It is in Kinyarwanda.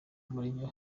mourinho